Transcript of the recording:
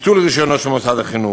ביטול רישיונו של מוסד החינוך,